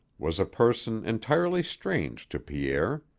was a person entirely strange to pierre.